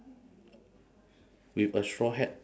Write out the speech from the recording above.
with a straw hat